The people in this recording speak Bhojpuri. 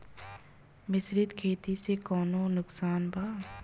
मिश्रित खेती से कौनो नुकसान बा?